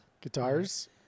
Guitars